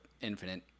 infinite